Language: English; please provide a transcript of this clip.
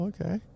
Okay